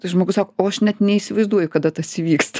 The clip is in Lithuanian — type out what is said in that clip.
tai žmogus sako o aš net neįsivaizduoju kada tas įvyksta